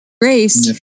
grace